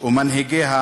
וכנגד מנהיגיה,